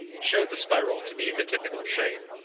showed the spiral to be the typical shape.